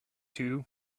two